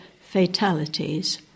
fatalities